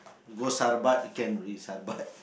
you go Sarabat can already Sarabat